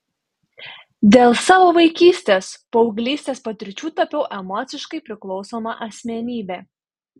dėl savo vaikystės paauglystės patirčių tapau emociškai priklausoma asmenybe